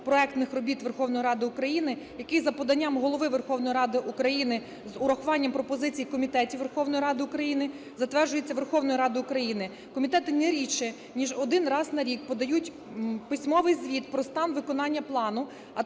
законопроектних робіт Верховної Ради України, який за поданням Голови Верховної Ради України з урахуванням пропозицій комітетів Верховної Ради України затверджується Верховною Радою України. Комітети не рідше, ніж один раз на рік подають письмовий звіт про стан виконання плану,